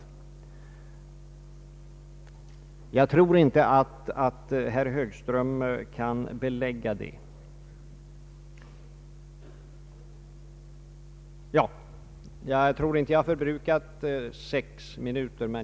Jag tycker inte att herr Högström har kunnat belägga det. Jag vidhåller mina yrkanden.